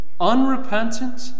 unrepentant